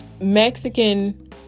Mexican